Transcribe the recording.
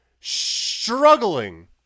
struggling